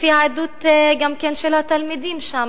גם לפי העדות של התלמידים שם.